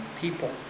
people